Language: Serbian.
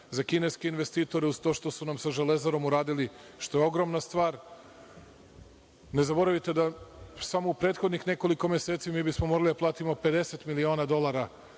za kineske investitore, uz to što su nam sa Železarom uradili, to je ogromna stvar. Ne zaboravite da samo u prethodnih nekoliko meseci bismo morali da platimo 50 miliona dolara,